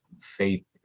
faith